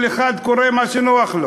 כל אחד קורא מה שנוח לו,